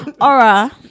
aura